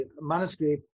manuscript